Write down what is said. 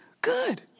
good